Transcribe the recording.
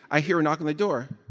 i hear a knock on the door.